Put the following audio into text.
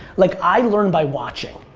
like, i learn by watching.